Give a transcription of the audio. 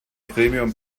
premium